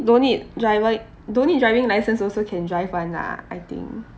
don't need driver don't need driving license also can drive [one] lah I think